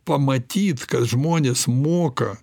pamatyt kad žmonės moka